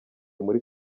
muri